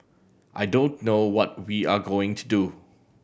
I don't know what we are going to do